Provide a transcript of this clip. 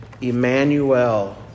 Emmanuel